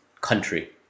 country